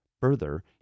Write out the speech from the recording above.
Further